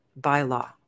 Bylaw